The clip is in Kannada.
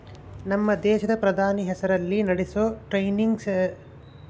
ನಮ್ಮ ದೇಶದ ಪ್ರಧಾನಿ ಹೆಸರಲ್ಲಿ ನಡೆಸೋ ಟ್ರೈನಿಂಗ್ ಸೇರಬೇಕಂದರೆ ಏನೇನು ಕಾಗದ ಪತ್ರ ನೇಡಬೇಕ್ರಿ?